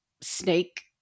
snake